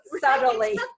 subtly